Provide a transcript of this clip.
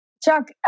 Chuck